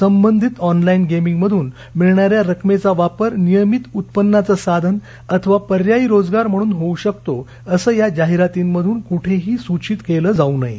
संबंधित ऑनलाईन गेमिंगमधून मिळणाऱ्या रकमेचा वापर नियमित उत्पन्नाचे साधन अथवा पर्यायी रोजगार म्हणून होऊ शकतो असे या जाहिरातींमधून कुठेही सूचित केले जाऊ नये